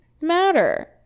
matter